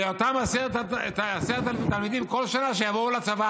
ואותם 10,000 תלמידים שיבואו כל שנה לצבא,